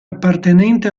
appartenente